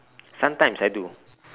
sometimes I do